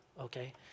okay